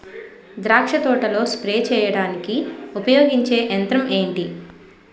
ద్రాక్ష తోటలో స్ప్రే చేయడానికి ఉపయోగించే యంత్రం ఎంటి?